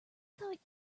thought